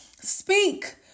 speak